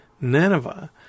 Nineveh